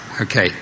Okay